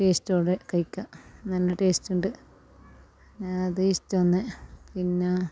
ടേസ്റ്റോടെ കഴിക്കാം നല്ല ടേസ്റ്റൊൻഡ് അത് ഇഷ്ട്ടന്നെ പിന്നെ